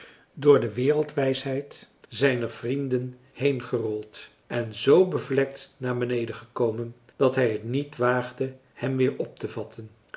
door de wereldwijsheid zijner vrienden heengerold en zoo bevlekt naar beneden gekomen dat hij t niet waagde hem weer optevatten tehuis